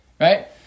right